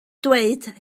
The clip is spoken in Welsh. dweud